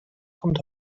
kommt